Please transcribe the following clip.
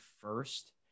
first